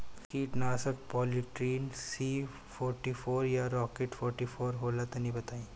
कीटनाशक Polytrin C forty four या Rocket forty four होला तनि बताई?